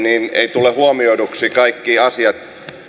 niin eivät tule huomioiduksi kaikki asiat